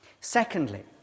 Secondly